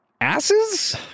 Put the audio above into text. asses